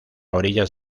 orillas